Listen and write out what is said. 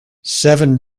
seven